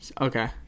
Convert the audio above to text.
Okay